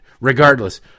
regardless